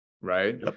right